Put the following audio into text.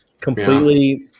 completely